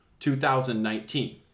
2019